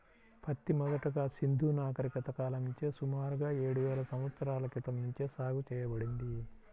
పత్తి మొదటగా సింధూ నాగరికత కాలం నుంచే సుమారుగా ఏడువేల సంవత్సరాల క్రితం నుంచే సాగు చేయబడింది